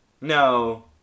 No